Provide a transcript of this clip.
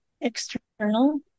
external